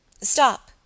Stop